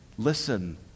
Listen